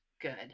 good